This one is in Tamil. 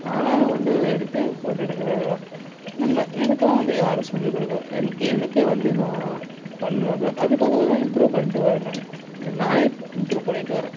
தானாகவே வந்து எடுத்து ஃபோட்டோ எடுக்கிறதுதான் நம்ம எனக்குலாம் வந்து யாரும் சொல்லி கொடுக்கல எனக்கு வந்து நான் பண்ணது அது கொஞ்சம் கொஞ்சம் இம்ப்ரூவ் பண்ணிட்டு வரேன் நானு நானே இம்ப்ரூவ் பண்ணிகிட்டு வரேன்